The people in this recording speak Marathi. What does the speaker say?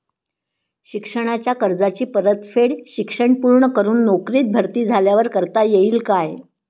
शिक्षणाच्या कर्जाची परतफेड शिक्षण पूर्ण करून नोकरीत भरती झाल्यावर करता येईल काय?